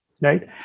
right